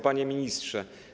Panie Ministrze!